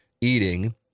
eating